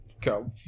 go